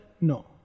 No